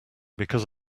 because